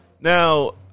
now